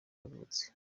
yavutse